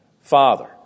Father